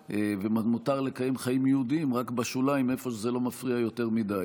ומותר לקיים חיים יהודיים רק בשוליים איפה שזה לא מפריע יותר מדי,